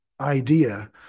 idea